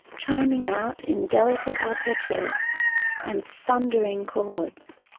chiming out in delicate arpeggios and thundering chords.